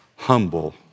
Humble